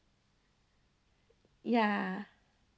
ya